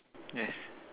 yes